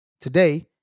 Today